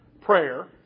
prayer